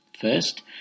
First